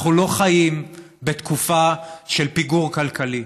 אנחנו לא חיים בתקופה של פיגור כלכלי.